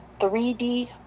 3D